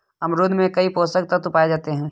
अमरूद में कई पोषक तत्व पाए जाते हैं